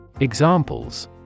Examples